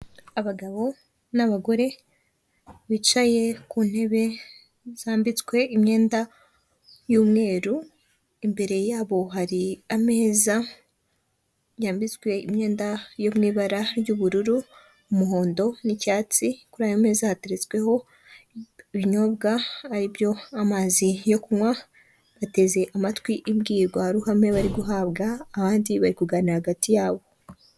Abagabo n'abagore bicaye ku ntebe zambitswe imyenda y'umweru, imbere yabo hari ameza yambitswe imyenda yo mu ibara ry'ubururu, umuhondo, n'icyatsi, kuri ayo meza hateretsweho ibinyobwa ari byo amazi yo kunywa, bateze amatwi ibwirwaruhame bari guhabwa, abandi bari kugana hagati yabo.